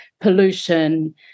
pollution